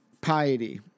piety